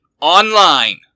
online